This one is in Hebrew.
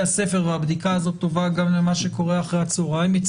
הספר והבדיקה הזאת טובה גם למה שקורה אחרי הצהריים,